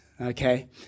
Okay